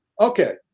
Okay